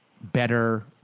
better